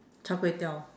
char kway teow